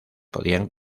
podían